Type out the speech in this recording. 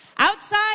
Outside